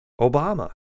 Obama